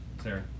Sarah